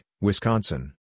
Wisconsin